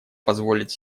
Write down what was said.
позволить